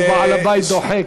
ובעל הבית דוחק.